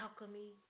Alchemy